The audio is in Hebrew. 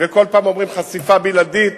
וכל פעם אומרים "חשיפה בלעדית".